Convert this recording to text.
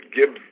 give